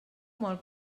molt